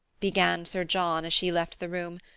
began sir john as she left the room.